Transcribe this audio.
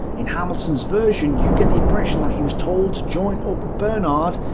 in hamilton's version, you get the impression that he was told to join up with bernard,